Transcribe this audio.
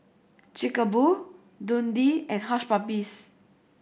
Chic a Boo Dundee and Hush Puppies